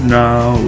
now